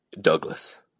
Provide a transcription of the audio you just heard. douglas